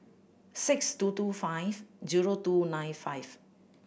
six two two five zero two nine five